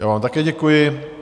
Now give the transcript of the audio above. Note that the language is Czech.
Já vám také děkuji.